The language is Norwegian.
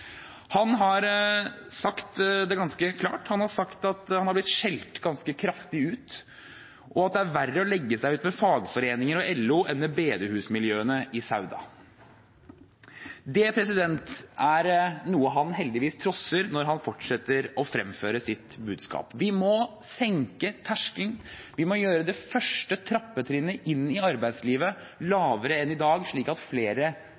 Han har sagt ganske klart – han har blitt skjelt ut ganske kraftig – at det er verre å legge seg ut med fagforeninger og LO enn med bedehusmiljøene i Sauda. Det er noe han heldigvis trosser når han fortsetter å fremføre sitt budskap. Vi må senke terskelen, vi må gjøre det første trappetrinnet inn i arbeidslivet lavere enn i dag, slik at flere,